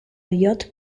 yacht